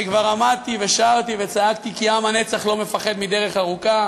הרי כבר עמדתי ושרתי וצעקתי כי עם הנצח לא מפחד מדרך ארוכה.